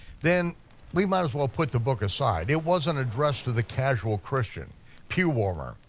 then we might as well put the book aside, it wasn't addressed to the casual christian pew-warmer,